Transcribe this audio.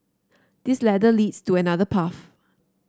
this ladder leads to another path